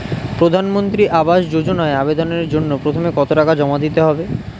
প্রধানমন্ত্রী আবাস যোজনায় আবেদনের জন্য প্রথমে কত টাকা জমা দিতে হবে?